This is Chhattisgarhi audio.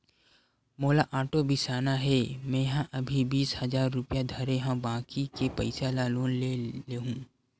मोला आटो बिसाना हे, मेंहा अभी बीस हजार रूपिया धरे हव बाकी के पइसा ल लोन ले लेहूँ